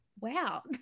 wow